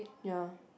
ya